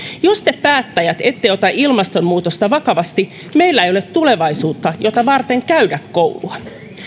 jos te päättäjät ette ota ilmastonmuutosta vakavasti meillä ei ole tulevaisuutta jota varten käydä koulua